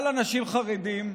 על אנשים חרדים,